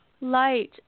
light